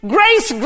Grace